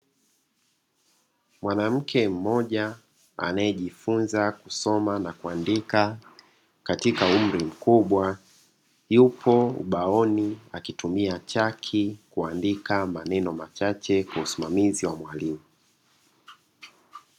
Mwanamke mmoja anayejifunza kusoma na kuandika, katika umri mkubwa; yupo ubaoni akitumia chaki kuandika maneno machache kwa usimamizi wa mwalimu.